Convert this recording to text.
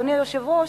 אדוני היושב-ראש,